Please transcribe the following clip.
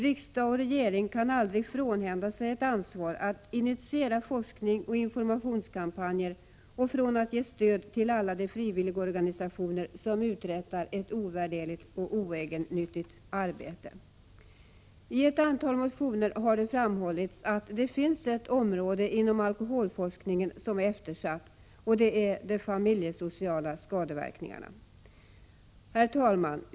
Riksdag och regering kan aldrig frånhända sig ansvaret för att initiera forskning och informationskampanjer och för att ge stöd till alla de frivilligorganisationer som uträttar ett ovärderligt och oegennyttigt arbete. Herr talman! I ett antal motioner har det framhållits att det finns ett område inom alkoholforskningen som är eftersatt, och det är de familjesociala skadeverkningarna.